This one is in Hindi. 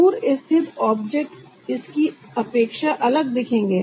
दूर स्थित ऑब्जेक्ट इसकी अपेक्षा अलग दिखेंगे